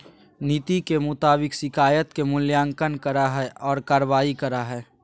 नीति के मुताबिक शिकायत के मूल्यांकन करा हइ और कार्रवाई करा हइ